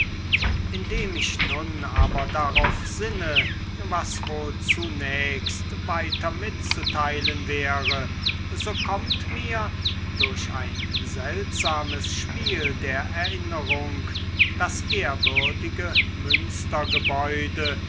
indem ich nun aber darauf sinne was wohl zunächst weiter mitzuteilen wäre so kommt mir durch ein seltsames spiel der erinnerung das ehrwürdige